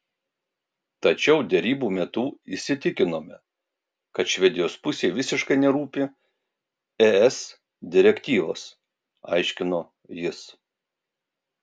tačiau derybų metu įsitikinome kad švedijos pusei visiškai nerūpi es direktyvos aiškino jis